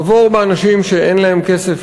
עבור באנשים שאין להם כסף,